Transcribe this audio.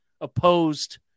opposed